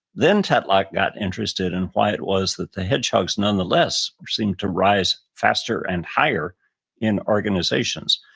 then tetlock got interested in why it was that the hedgehogs nonetheless seemed to rise faster and higher in organizations.